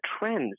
trends